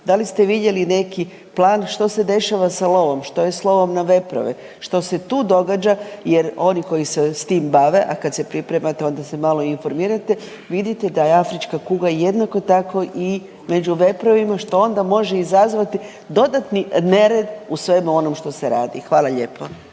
da li ste vidjeli neki plan što se dešava sa lovom, što je s lovom na veprove, što se tu događa jer oni koji se s tim bave, a kad se pripremate onda se malo i informirate, vidite da je afrička kuga jednako tako i među veprovima što onda može izazvati dodatni nered u svemu onom što se radi. Hvala lijepo.